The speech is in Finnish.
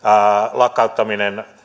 lakkauttaminen